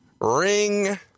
Ring